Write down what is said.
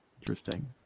Interesting